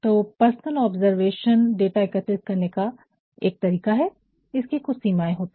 तो personal observation व्यक्तिगत अवलोकन डाटा एकत्रित करने का एक तरीका है इसकी कुछ सीमाएं होती हैं